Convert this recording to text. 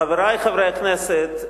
חברי חברי הכנסת,